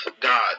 God